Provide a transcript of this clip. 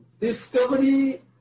Discovery